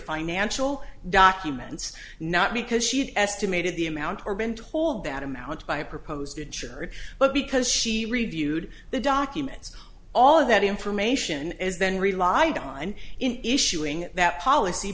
financial documents not because she had estimated the amount or been told that amount by a proposed the church but because she reviewed the documents all of that information is then relied on in issuing that policy